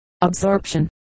Absorption